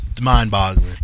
mind-boggling